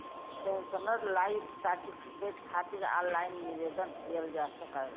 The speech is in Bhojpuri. पेंशनर लाइफ सर्टिफिकेट खातिर ऑनलाइन आवेदन किहल जा सकला